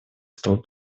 стол